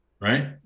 right